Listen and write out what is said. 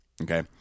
okay